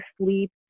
sleep